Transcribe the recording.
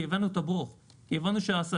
כי הבנו את הברוך של המצב.